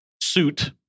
suit